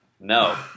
No